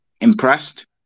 impressed